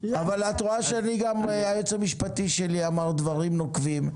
לקריאה --- אבל את שמעת שגם היועץ המשפטי לוועדה אמר דברים נוקבים,